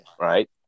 right